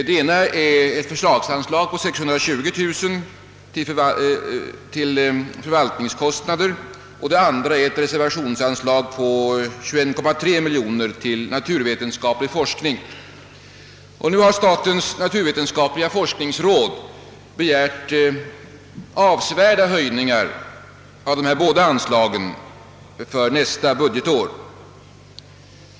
Det ena är ett förslagsanslag på 620 000 kronor till förvaltningskostnader, och det andra är ett reservationsanslag på 21,3 miljoner till naturvetenskaplig forskning. Statens naturvetenskapliga forskningsråd har begärt avsevärda höjningar av dessa båda anslag för nästa budgetår.